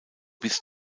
bis